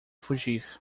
fugir